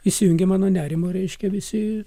įsijungia mano nerimo reiškia visi